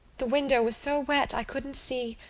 the window was so wet i couldn't see,